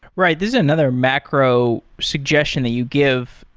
right. this is another macro suggestion that you give,